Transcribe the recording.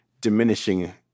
diminishing